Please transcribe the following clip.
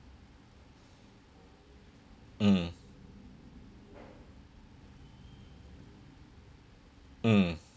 mm mm